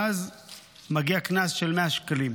ואז מגיע קנס של 100 שקלים.